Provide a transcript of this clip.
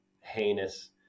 heinous